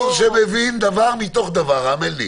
איתמר הוא הוא בחור שמבין דבר מתוך דבר, האמן לי.